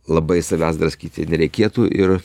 labai savęs draskyti nereikėtų ir